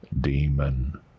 demon